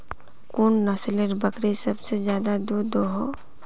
कुन नसलेर बकरी सबसे ज्यादा दूध दो हो?